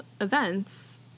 events